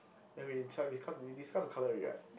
and we this one discuss we discuss the colour already right